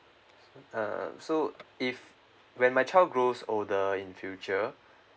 so uh so if when my child grows older in future